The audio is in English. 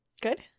good